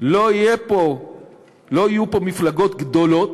לא יהיו פה מפלגות גדולות,